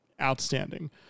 outstanding